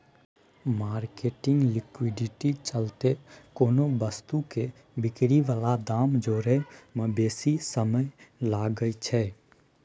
marketing liquidity चलते कोनो वस्तु के बिक्री बला दाम जोड़य में बेशी समय लागइ छइ